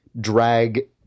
drag